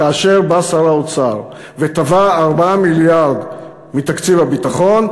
כאשר בא שר האוצר ותבע 4 מיליארד מתקציב הביטחון,